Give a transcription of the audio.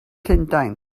llundain